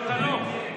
אתה לא,